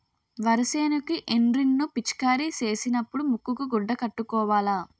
వరి సేనుకి ఎండ్రిన్ ను పిచికారీ సేసినపుడు ముక్కుకు గుడ్డ కట్టుకోవాల